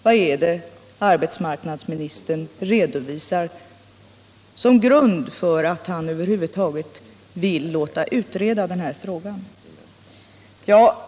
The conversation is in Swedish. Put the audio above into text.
Vad är det arbetsmarknadsministern redovisar som grund för att han över huvud taget vill låta utreda dessa frågor?